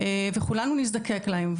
וכולנו נזדקק להם,